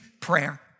prayer